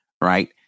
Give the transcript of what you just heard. right